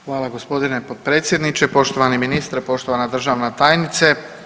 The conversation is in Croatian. Hvala g. potpredsjedniče, poštovani ministre, poštovana državna tajnice.